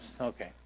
Okay